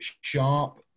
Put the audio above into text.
sharp